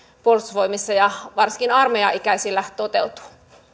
puolustusvoimissa ja varsinkin armeijaikäisillä toteutuu